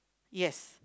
yes